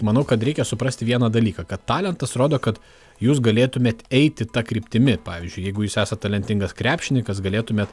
manau kad reikia suprasti vieną dalyką kad talentas rodo kad jūs galėtumėt eiti ta kryptimi pavyzdžiui jeigu jūs esat talentingas krepšininkas galėtumėt